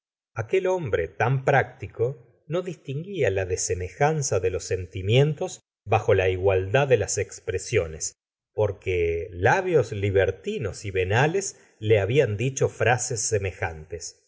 aquel hombre tan práctico no distinguía la desemejanza de los sentimientos bajo la igualdad de las expresiones porque labios libertinos y venales le habían dicho frases semejantes